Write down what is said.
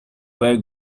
where